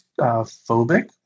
phobic